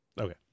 Okay